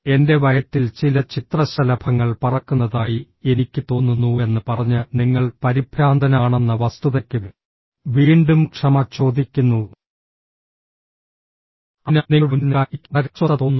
എന്റെ വയറ്റിൽ ചില ചിത്രശലഭങ്ങൾ പറക്കുന്നതായി എനിക്ക് തോന്നുന്നുവെന്ന് പറഞ്ഞ് നിങ്ങൾ പരിഭ്രാന്തനാണെന്ന വസ്തുതയ്ക്ക് വീണ്ടും ക്ഷമ ചോദിക്കുന്നു അതിനാൽ നിങ്ങളുടെ മുന്നിൽ നിൽക്കാൻ എനിക്ക് വളരെ അസ്വസ്ഥത തോന്നുന്നു